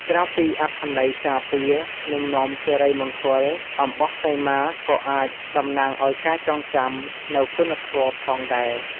ក្រៅពីអត្ថន័យការពារ និងនាំសិរីមង្គល អំបោះសីមាក៏អាចតំណាងឲ្យការចងចាំនូវគុណធម៌ផងដែរ។